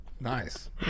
Nice